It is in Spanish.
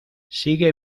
sigue